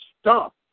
stop